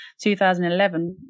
2011